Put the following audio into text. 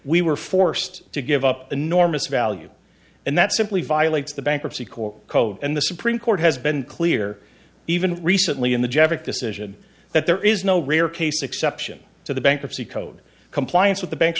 we were forced to give up enormous value and that simply violates the bankruptcy court code and the supreme court has been clear even recently in the decision that there is no rare case exception to the bankruptcy code compliance with the banks